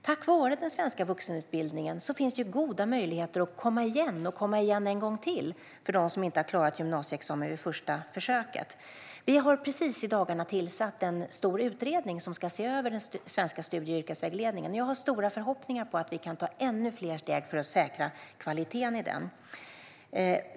Tack vare den finns det ju goda möjligheter att komma igen och komma igen en gång till för dem som inte har klarat gymnasieexamen på första försöket. Vi har precis i dagarna tillsatt en stor utredning som ska se över den svenska studie och yrkesvägledningen. Jag har stora förhoppningar om att vi kan ta ännu fler steg för att säkra kvaliteten i den.